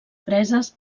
preses